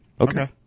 Okay